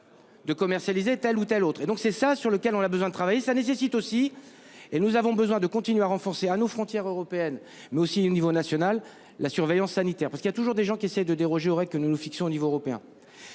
De commercialiser telle ou telle autre et donc c'est ça sur lequel on a besoin de travailler, ça nécessite aussi et nous avons besoin de continuer à renforcer à nos frontières européennes mais aussi au niveau national la surveillance sanitaire parce qu'il y a toujours des gens qui essaient de déroger aux règles que nous nous fixons au niveau européen.